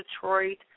Detroit